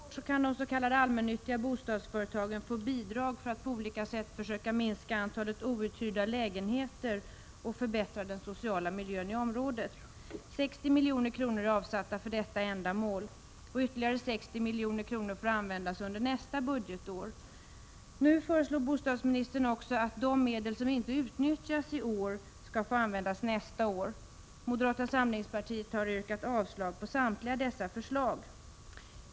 Herr talman! fr.o.m. i år kan de s.k. allmännyttiga bostadsföretagen få bidrag för att på olika sätt försöka minska antalet outhyrda lägenheter och förbättra den sociala miljön i området. 60 milj.kr. är avsatta för detta ändamål. Ytterligare 60 milj.kr. får användas under nästa budgetår. Nu föreslår bostadsministern också att de medel som inte utnyttjas i år skall få användas nästa år. Moderata samlingspartiet har yrkat avslag på samtliga dessa förslag.